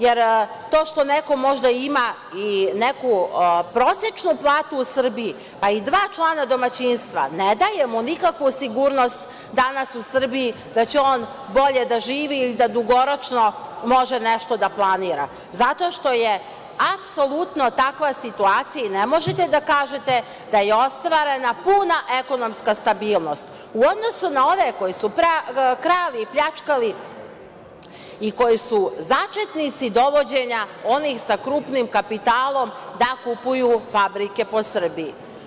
Jer, to što neko možda ima i neku prosečnu platu u Srbiji, pa i dva člana domaćinstva, ne daje mu nikakvu sigurnost danas u Srbiji da će on bolje da živi ili da dugoročno može nešto da planira, zato što je apsolutno takva situacija i ne možete da kažete da je ostvarena puna ekonomska stabilnost, u odnosu na ove koji su krali, pljačkali i koji su začetnici dovođenja onih sa krupnim kapitalom da kupuju fabrike po Srbije.